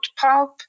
pulp